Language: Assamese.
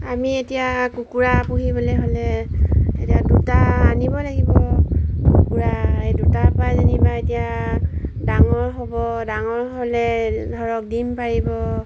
আমি এতিয়া কুকুৰা পুহিবলৈ হ'লে এতিয়া দুটা আনিব লাগিব কুকুৰা সেই দুটাৰ পৰা যেনিবা এতিয়া ডাঙৰ হ'ব ডাঙৰ হ'লে ধৰক দিম পাৰিব